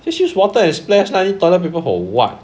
just use water and splash lah need toilet paper for what